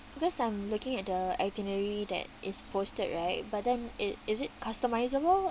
because I'm looking at the itinerary that is posted right but then it is it customisable